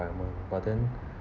environment but then